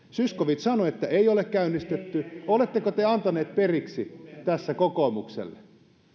zyskowicz sanoi että ei ole käynnistetty oletteko te antaneet periksi tässä kokoomukselle